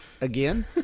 Again